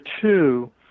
two